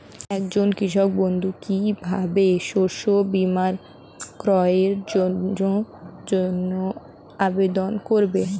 একজন কৃষক বন্ধু কিভাবে শস্য বীমার ক্রয়ের জন্যজন্য আবেদন করবে?